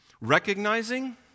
Recognizing